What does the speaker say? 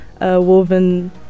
woven